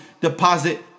deposit